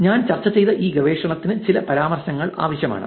ഞാൻ ചർച്ച ചെയ്ത ഈ ഗവേഷണത്തിന് ചില പരാമർശങ്ങൾ ആവശ്യമാണ്